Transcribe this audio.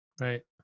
Right